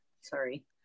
Sorry